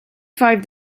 five